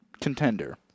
contender